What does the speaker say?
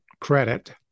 credit